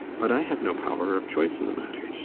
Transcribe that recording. but i have no power of choice in the matter.